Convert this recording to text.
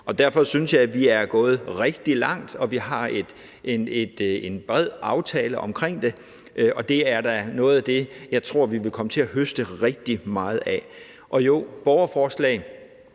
Derfor synes jeg, vi er gået rigtig langt, og vi har en bred aftale om det, og det er da noget af det, jeg tror vi vil komme til at høste rigtig meget af. Jo, borgerforslag